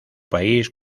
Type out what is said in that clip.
país